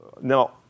Now